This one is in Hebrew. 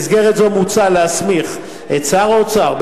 במסגרת זאת מוצע להסמיך את שר האוצר,